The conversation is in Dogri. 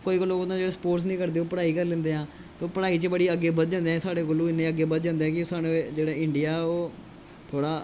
कोई कोई लोक होंदे जेह्ड़े स्पोर्टस नीं करदे ओह् पढ़ाई करी लैंदे आं ते पढ़ाई च बड़ी अग्गें बद्धी जांदेआं ते ओह् साढ़े कोलू इ'न्ने अगगें बद्ध जांदे कि इंडिया